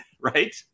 right